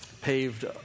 paved